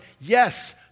yes